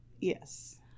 yes